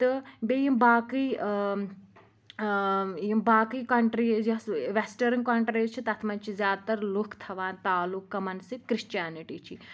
تہٕ بیٚیہِ یِم باقٕے یِم باقٕے کَنٛٹرٛیٖز یۄس وٮ۪سٹٲرٕن کَنٛٹرٛیٖز چھِ تَتھ منٛز چھِ زیادٕ تَر لُکھ تھاوان تعلُق کَمَن سۭتۍ کِرٛسچَنِٹی چھی